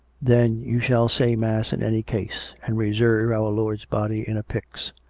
then you shall say mass in any case. and reserve our lord's body in a pyx.